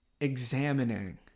examining